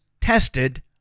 tested